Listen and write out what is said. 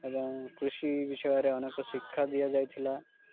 ଏବଂ କୃଷି ବିଷୟରେ ଅନେକ ଶିକ୍ଷା ଦିଆ ଯାଇଥିଲା